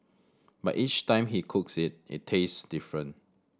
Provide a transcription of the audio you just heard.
but each time he cooks it it tastes different